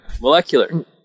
Molecular